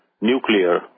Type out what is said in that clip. nuclear